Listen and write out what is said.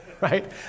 right